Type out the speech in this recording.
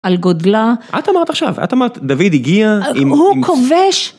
על גודלה. את אמרת עכשיו, את אמרת, דוד הגיע עם... הוא כובש...